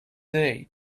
day